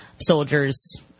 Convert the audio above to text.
soldiers